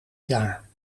jaar